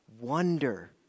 wonder